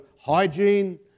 hygiene